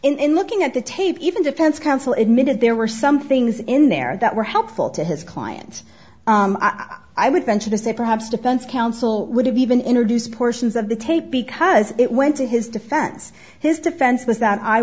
in looking at the tape even defense counsel admitted there were some things in there that were helpful to his client i would venture to say perhaps defense counsel would have even introduced portions of the tape because it went to his defense his defense was that i